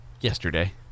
yesterday